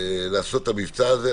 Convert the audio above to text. לעשות את המבצע הזה,